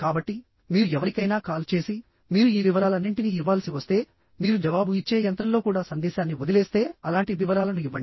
కాబట్టి మీరు ఎవరికైనా కాల్ చేసి మీరు ఈ వివరాలన్నింటినీ ఇవ్వాల్సి వస్తే మీరు జవాబు ఇచ్చే యంత్రంలో కూడా సందేశాన్ని వదిలేస్తే అలాంటి వివరాలను ఇవ్వండి